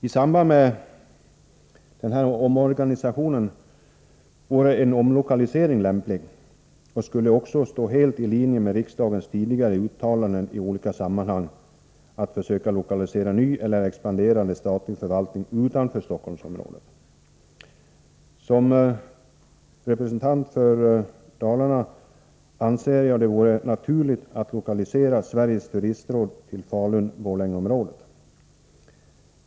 I samband med denna omorganisation vore en omlokalisering lämplig och skulle också stå helt i linje med riksdagens tidigare uttalanden i olika sammanhang att försöka lokalisera ny eller expanderande statlig förvaltning utanför Stockholmsområdet. Som representant för Dalarna anser jag det vore naturligt att lokalisera Sveriges turistråd till Falun-Borlängeområdet.